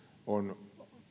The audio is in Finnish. on